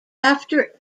after